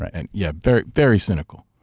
and yeah, very very cynical.